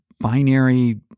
binary